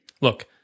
Look